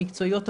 המקצועיות,